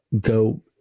go